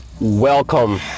welcome